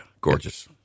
Gorgeous